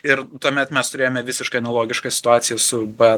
ir tuomet mes turėjome visiškai analogišką situaciją su b